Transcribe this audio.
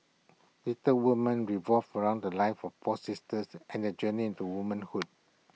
Little Woman revolves around the lives of four sisters and their journey into womanhood